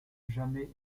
jamais